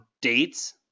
dates